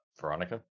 Veronica